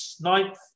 Ninth